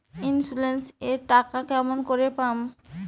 Insurance এর টাকা কেমন করি পাম?